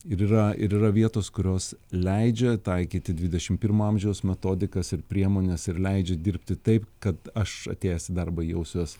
ir yra ir yra vietos kurios leidžia taikyti dvidešim pirmo amžiaus metodikas ir priemones ir leidžia dirbti taip kad aš atėjęs į darbą jausiuos